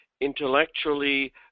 intellectually